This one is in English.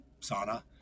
sauna